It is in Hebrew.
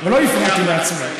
אבל לא הפרעתי לעצמי.